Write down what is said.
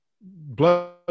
blood